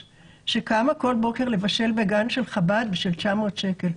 שקמה כל בוקר לבשל בגן של חב"ד בשביל 900 שקל.